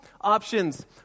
options